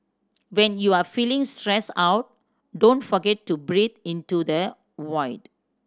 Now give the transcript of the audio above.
when you are feeling stressed out don't forget to breathe into the void